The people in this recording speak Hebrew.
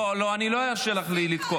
לא, לא, לא ארשה לך לתקוף.